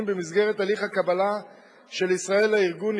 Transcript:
במסגרת הליך הקבלה של ישראל לארגון,